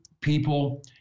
people